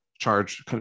Charge